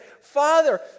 Father